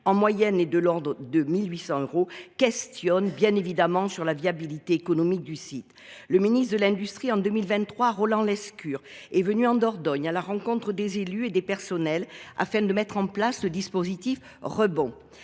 le marché, de l’ordre de 1 800 euros, interroge bien évidemment la viabilité économique du site. En 2023, le ministre de l’industrie Roland Lescure est venu en Dordogne à la rencontre des élus et des personnels, afin de mettre en place le dispositif « Rebond